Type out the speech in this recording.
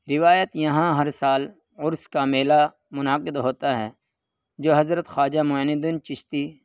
روایت یہاں ہر سال عرس کا میلہ منعقد ہوتا ہے جو حضرت خواجہ معین الدین چشتی